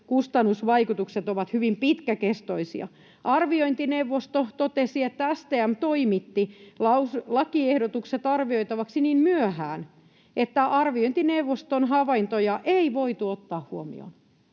kustannusvaikutukset ovat hyvin pitkäkestoisia. Arviointineuvosto totesi, että STM toimitti lakiehdotukset arvioitavaksi niin myöhään, että arviointineuvoston havaintoja ei voitu ottaa huomioon.